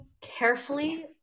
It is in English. carefully